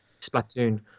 Splatoon